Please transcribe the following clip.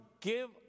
give